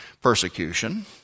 persecution